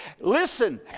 Listen